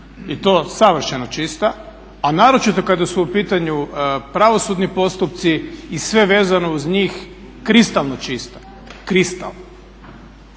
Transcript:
i to savršeno čista, a naročito kada su u pitanju pravosudni postupci i sve vezano uz njih kristalno čisto, kristalno.